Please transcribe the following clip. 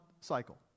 cycle